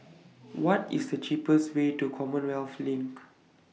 What IS The cheapest Way to Commonwealth LINK